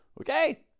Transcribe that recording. Okay